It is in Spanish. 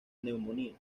neumonía